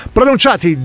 Pronunciati